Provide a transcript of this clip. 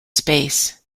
space